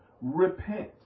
Repent